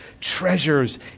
treasures